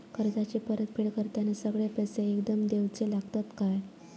कर्जाची परत फेड करताना सगळे पैसे एकदम देवचे लागतत काय?